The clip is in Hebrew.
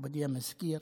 מכובדי המזכיר,